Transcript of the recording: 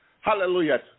Hallelujah